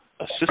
assist